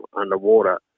underwater